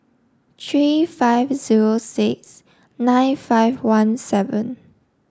three five zero six nine five one seven